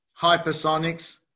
hypersonics